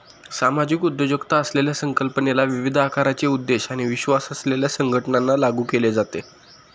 सामाजिक उद्योजकता असलेल्या संकल्पनेला विविध आकाराचे उद्देश आणि विश्वास असलेल्या संघटनांना लागू केले जाते